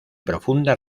profunda